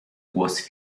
głos